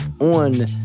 on